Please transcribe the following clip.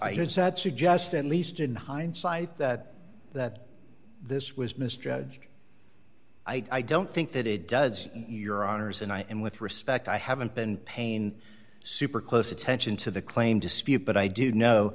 i suggest at least in hindsight that that this was misjudged i don't think that it does your honors and i and with respect i haven't been pain super close attention to the claim dispute but i do know